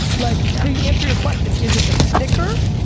like to answer your question, is it the sticker?